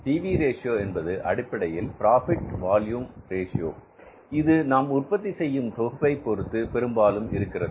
B V ratio என்பது அடிப்படையில் profit volume ratio இது நாம் உற்பத்தி செய்யும் தொகுப்பை பொருத்து பெரும்பாலும் இருக்கிறது